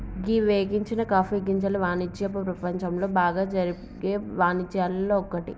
గీ వేగించని కాఫీ గింజల వానిజ్యపు ప్రపంచంలో బాగా జరిగే వానిజ్యాల్లో ఒక్కటి